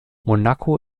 monaco